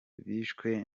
bishwe